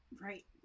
Right